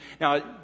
Now